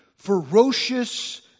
ferocious